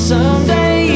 Someday